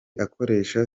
akoresha